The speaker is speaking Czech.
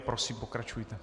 Prosím pokračujte.